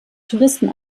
touristen